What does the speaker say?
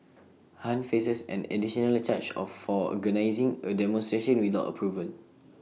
han faces an additionally charge of for organising A demonstration without approval